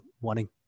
wanting